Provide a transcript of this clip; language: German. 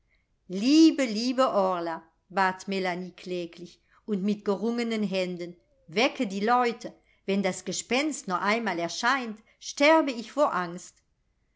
liebe liebe orla bat melanie kläglich und mit gerungenen händen wecke die leute wenn das gespenst noch einmal erscheint sterbe ich vor angst